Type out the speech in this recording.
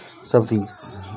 something's